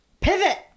Pivot